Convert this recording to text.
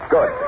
Good